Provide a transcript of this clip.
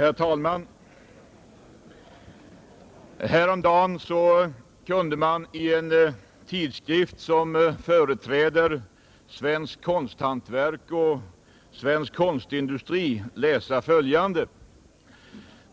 Herr talman! Häromdagen kunde man i en tidskrift, som företräder svenskt konsthantverk och svensk konstindustri, läsa följande: